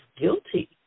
guilty